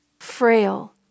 frail